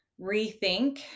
rethink